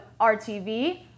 RTV